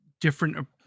different